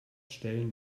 stellen